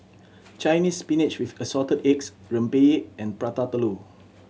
Chinese Spinach with Assorted Eggs rempeyek and Prata Telur